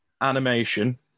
animation